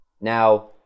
Now